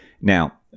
Now